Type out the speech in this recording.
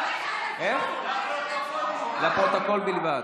לפרוטוקול בלבד.